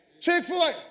Chick-fil-A